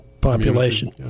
population